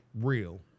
real